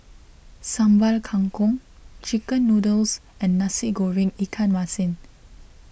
Sambal Kangkong Chicken Noodles and Nasi Goreng Ikan Masin